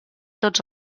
tots